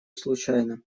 случайно